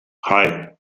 hei